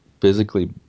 physically